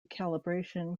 calibration